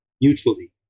mutually